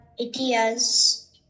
ideas